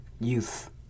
youth